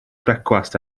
brecwast